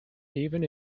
even